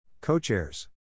Co-chairs